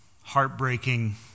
heartbreaking